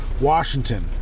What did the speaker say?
Washington